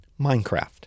Minecraft